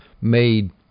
made